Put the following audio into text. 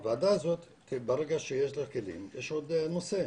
הוועדה הזאת ברגע שיש לה כלים, יש עוד נושא.